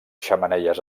xemeneies